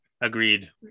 Agreed